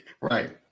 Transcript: right